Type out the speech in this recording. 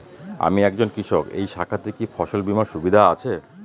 আমি একজন কৃষক এই শাখাতে কি ফসল বীমার সুবিধা আছে?